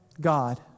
God